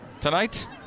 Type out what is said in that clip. tonight